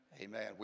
Amen